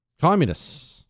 communists